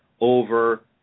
over